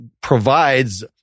provides